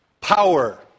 power